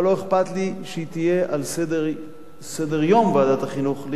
אבל לא אכפת לי שהיא תהיה על סדר-יום ועדת החינוך,